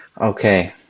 Okay